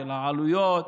של העלויות,